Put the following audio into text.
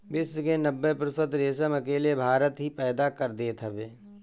विश्व के नब्बे प्रतिशत रेशम अकेले भारत ही पैदा कर देत हवे